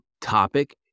topic